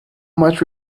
much